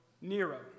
Nero